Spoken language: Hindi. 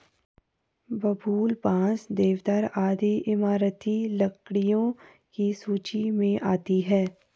बबूल, बांस, देवदार आदि इमारती लकड़ियों की सूची मे आती है